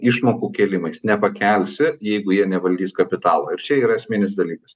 išmokų kėlimais nepakelsi jeigu jie nevaldys kapitalo ir čia yra esminis dalykas